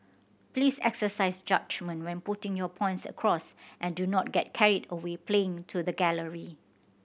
please exercise judgement when putting your points across and do not get carried away playing to the gallery